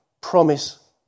promise